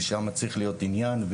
ושם צריך להיות עניין.